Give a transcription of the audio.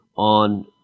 On